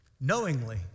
knowingly